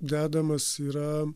dedamas yra